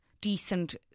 Decent